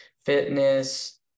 fitness